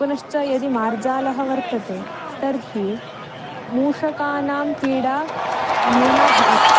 पुनश्च यदि मार्जालः वर्तते तर्हि मूषकानां पीडा न्यूना भवति